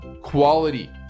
quality